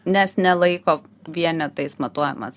nes ne laiko vienetais matuojamas